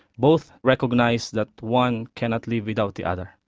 both recognised that one cannot live without the other.